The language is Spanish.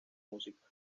música